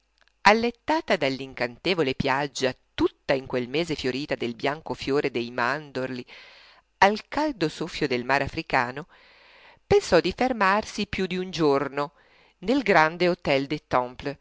dorica allettata dall'incantevole piaggia tutta in quel mese fiorita del bianco fiore dei mandorli al caldo soffio del mare africano pensò di fermarsi più d'un giorno nel grande htel des